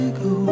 go